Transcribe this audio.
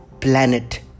planet